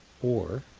or